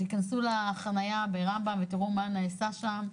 תיכנסו לחנייה ברמב"ם ותראו מה נעשה שם,